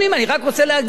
אני רק רוצה להגיד,